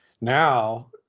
now